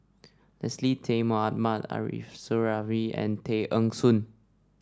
Leslie Tay Mohammad Arif Suhaimi and Tay Eng Soon